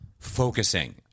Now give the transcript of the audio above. Focusing